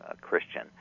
Christian